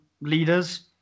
leaders